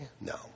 No